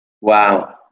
Wow